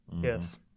Yes